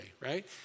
right